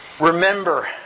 Remember